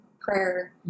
prayer